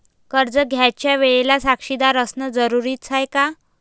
कर्ज घ्यायच्या वेळेले साक्षीदार असनं जरुरीच हाय का?